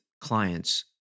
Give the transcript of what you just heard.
clients